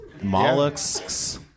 mollusks